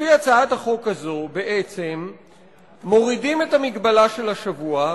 לפי הצעת החוק הזאת בעצם מורידים את המגבלה של השבוע,